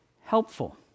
helpful